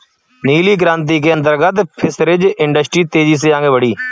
नीली क्रांति के अंतर्गत फिशरीज इंडस्ट्री तेजी से आगे बढ़ी